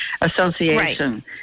association